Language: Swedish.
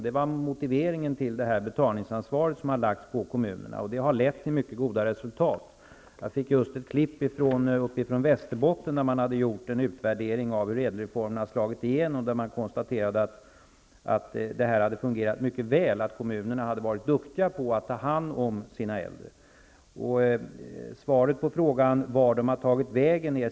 Det var motiveringen till det betalningsansvar som har lagts på kommunerna, och det har lett till mycket goda resultat. Jag fick nyss ett tidningsklipp från Västerbotten, där man hade gjort en utvärdering av hur ÄDEL reformen slagit igenom. Man konstaterade att det hade fungerat mycket väl och att kommunerna hade varit duktiga på att ta hand om sina äldre. Vart har de tagit vägen?